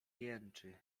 jęczy